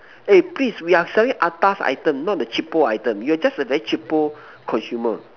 eh please we are selling atas item not the cheapo item you are just a very cheapo consumer